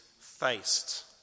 faced